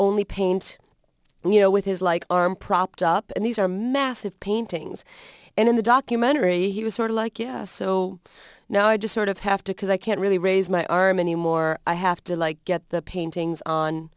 only paint you know with his like arm propped up and these are massive paintings and in the documentary he was sort of like yeah so now i just sort of have to because i can't really raise my arm anymore i have to like get the paintings on